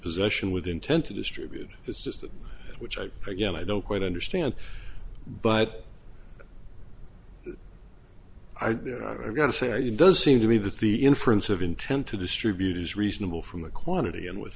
possession with intent to distribute the system which i again i don't quite understand but i've got to say it does seem to me that the inference of intent to distribute is reasonable from the quantity and w